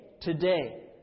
today